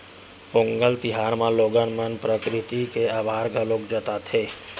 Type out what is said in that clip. पोंगल तिहार म लोगन मन प्रकरिति के अभार घलोक जताथे